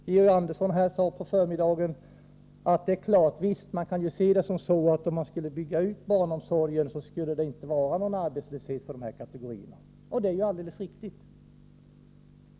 Georg Andersson sade i förmiddags att man kan se det så att dessa kategorier naturligtvis inte skulle hamna i arbetslöshet om barnomsorgen byggdes ut, och det är alldeles riktigt.